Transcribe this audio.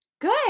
Good